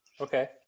Okay